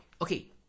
Okay